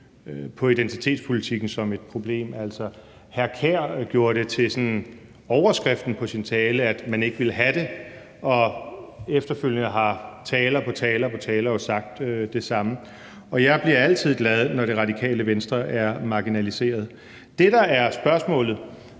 på identitetspolitikken som et problem. Hr. Kasper Sand Kjær gjorde det til overskriften på sin tale, at man ikke vil have det, og efterfølgende har taler på taler jo sagt det samme. Og jeg bliver altid glad, når Radikale Venstre er marginaliseret. Når vi har en